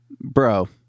Bro